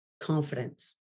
confidence